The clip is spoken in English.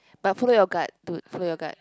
but follow your gut to dude follow your gut